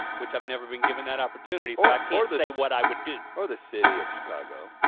which i've never been given that opportunity so i can't say what i would do. or the city of chicago.